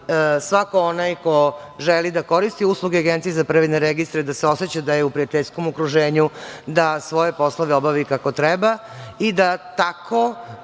svako onaj ko želi da koristi usluge APR-a, da se oseća da je u prijateljskom okruženju, da svoje poslove obavi kako treba i da tako,